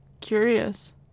curious